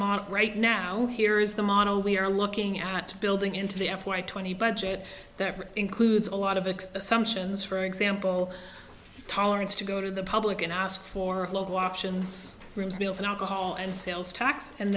model right now here is the model we're looking at building into the f y twenty budget that includes a lot of some sions for example tolerance to go to the public and ask for a lot of options rooms meals and alcohol and sales tax and